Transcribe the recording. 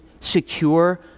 secure